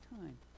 time